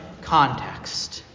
context